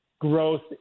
Growth